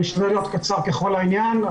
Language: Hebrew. אני אשתדל להיות קצר ככל העניין.